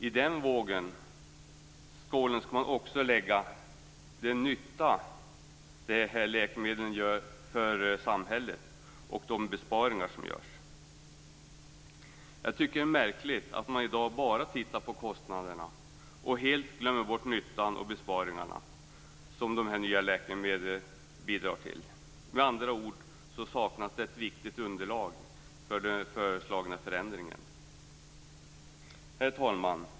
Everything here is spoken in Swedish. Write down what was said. I den vågskålen skall man också lägga den nytta dessa läkemedel gör för samhället och de besparingar som görs. Jag tycker att det är märkligt att man i dag bara tittar på kostnaderna och helt glömmer bort nyttan och de besparingar som de nya läkemedlen bidrar till. Med andra ord saknas det ett viktigt underlag för den föreslagna förändringen. Herr talman!